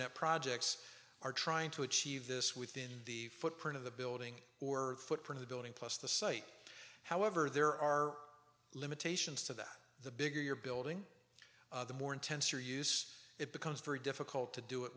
projects are trying to achieve this within the footprint of the building or footprint the building plus the site however there are limitations to that the bigger your building the more intense or use it becomes very difficult to do it